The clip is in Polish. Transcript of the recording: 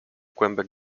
kłębek